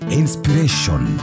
inspiration